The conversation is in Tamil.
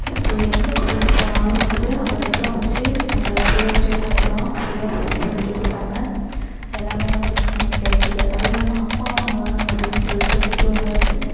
இப்போது எந்த கோயிலுக்கு போனாலும் வந்துட்டு அங்கே சத்திரம் வச்சு நம்ம ஃப்ரீயாக ஸ்டே பண்ணிக்கலாம் ஃப்ரீயாக ஃபுட் வந்துட்டு கொடுப்பாங்க எல்லாமே வந்துட்டு நமக்கு கிடைக்குது அதுவும் இல்லாமல் அம்மா உணவகம் அப்படின்னு சொல்லிட்டு வந்துட்டு ஒன்று வச்சு